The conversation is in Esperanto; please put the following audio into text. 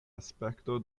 aspekto